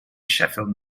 sheffield